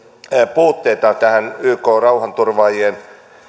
puutteita liittyen tähän ykn rauhanturvaajien